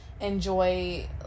enjoy